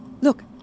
Look